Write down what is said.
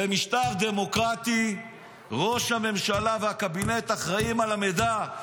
במשטר דמוקרטי ראש הממשלה והקבינט אחראים למידע,